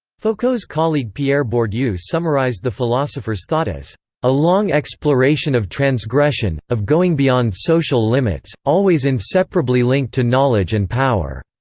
foucault's colleague pierre bourdieu summarised the philosopher's thought as a long exploration of transgression, of going beyond social limits, always inseparably linked to knowledge and power.